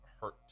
hurt